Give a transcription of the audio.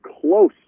close